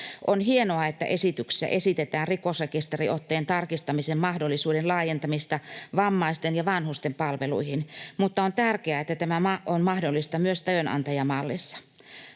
On hienoa, että esityksessä esitetään rikosrekisteriotteen tarkistamisen mahdollisuuden laajentamista vammaisten ja vanhusten palveluihin, mutta on tärkeää, että tämä on mahdollista myös työnantajamallissa.